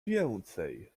więcej